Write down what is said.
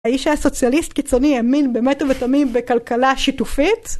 האיש היה סוציאליסט קיצוני האמין באמת ובתמים בכלכלה שיתופית?